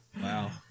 Wow